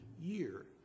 year